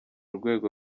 rwego